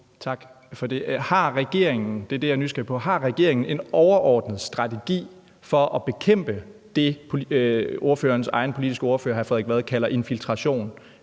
Har regeringen en overordnet strategi for at bekæmpe det, som ministerens egen politiske ordfører, hr. Frederik Vad, kalder infiltration